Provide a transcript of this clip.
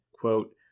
quote